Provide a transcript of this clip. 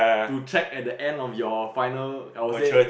to check at the end of your final I will say